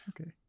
Okay